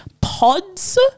pods